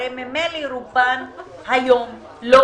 הרי ממילא רובן לא מגישות,